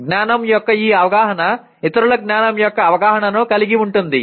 జ్ఞానం యొక్క ఈ అవగాహన ఇతరుల జ్ఞానం యొక్క అవగాహనను కలిగి ఉంటుంది